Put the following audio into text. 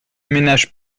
ménage